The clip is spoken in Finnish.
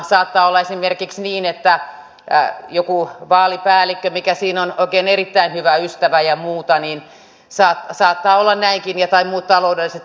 saattaa olla esimerkiksi näinkin että joku vaalipäällikkö mikä siinä on onkin erittäin hyvä ystävä ja muuta tai on muut taloudelliset kytkökset